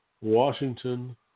Washington